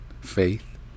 faith